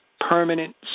permanent